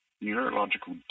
neurological